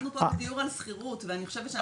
אבל אנחנו פה בדיור על שכירות ואני חושבת שאנחנו.